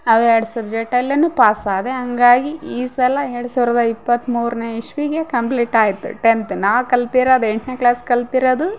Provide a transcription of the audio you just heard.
ಅವು ಎರಡು ಸಬ್ಜೆಟಲ್ಲೆನು ಪಾಸ್ ಆದೆ ಹಂಗಾಗಿ ಈ ಸಲ ಎರಡು ಸಾವಿರದ ಇಪ್ಪತ್ತು ಮೂರನೇ ಇಸ್ವೆಗಿ ಕಂಪ್ಲೀಟ್ ಆಯ್ತು ಟೆಂತ್ ನಾ ಕಲ್ತಿರದು ಎಂಟನೇ ಕ್ಲಾಸ್ ಕಲ್ತಿರೋದು